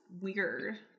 weird